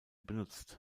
benutzt